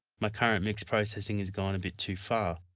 my current mix processing has gone a bit too far.